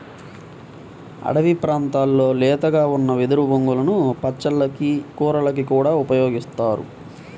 అడివి ప్రాంతాల్లో లేతగా ఉన్న వెదురు బొంగులను పచ్చళ్ళకి, కూరలకి కూడా ఉపయోగిత్తారు